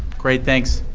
great. thanks.